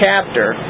Chapter